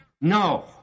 No